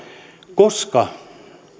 koska